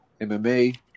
MMA